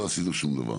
לא עשינו שום דבר.